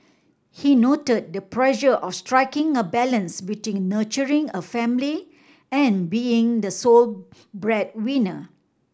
he noted the pressure of striking a balance between nurturing a family and being the sole breadwinner